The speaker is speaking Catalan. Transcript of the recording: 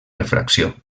refracció